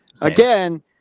again